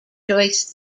choice